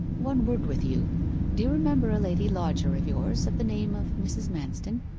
one word with you do you remember a lady lodger of yours of the name of mrs. manston